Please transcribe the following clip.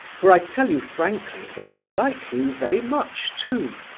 for i tell you frankly that i like you very much too.